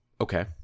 Okay